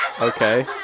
Okay